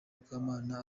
mukamana